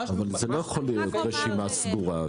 זו לא יכולה להיות רשימה סגורה,